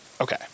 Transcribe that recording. Okay